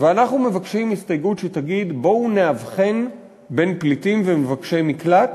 ואנחנו מבקשים הסתייגות שתגיד: בואו נבחין בין פליטים ומבקשי מקלט